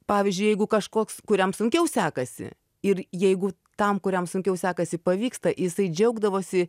pavyzdžiui jeigu kažkoks kuriam sunkiau sekasi ir jeigu tam kuriam sunkiau sekasi pavyksta jisai džiaugdavosi